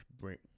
bring